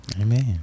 Amen